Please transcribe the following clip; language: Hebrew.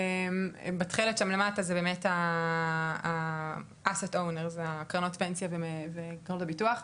בתכלת שם למטה זה באמת הקרנות פנסיה וקרנות הביטוח.